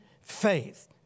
faith